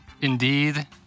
Indeed